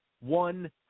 one